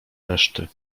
reszty